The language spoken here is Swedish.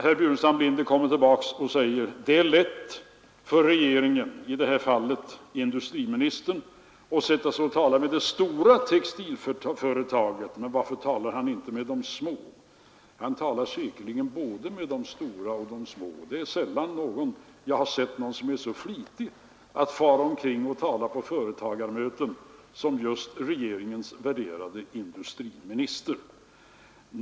Herr Burenstam Linder kommer tillbaka och säger: Det är lätt för en regeringsmedlem, i det här fallet industriministern, att sätta sig och tala med det stora textilföretaget, men varför talar han inte med de små? Han talar säkerligen både med de stora och med de små. Det är sällan jag har sett någon som är så flitig att fara omkring och tala på företagarmöten som just regeringens värderade industriminister.